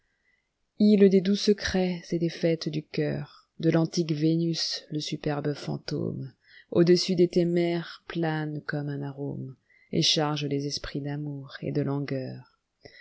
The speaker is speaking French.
ile des doux secrets et des fêtes du cœur de l'antique vénus le superbe fantômeau dessus de tes mers plane comme un arôme et charge les esprits d'amour et de langueur